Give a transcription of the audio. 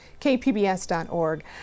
kpbs.org